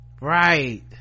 right